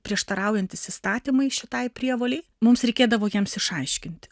prieštaraujantys įstatymai šitai prievolei mums reikėdavo jiems išaiškinti